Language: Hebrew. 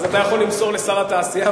אז אתה יכול למסור לשר התעשייה,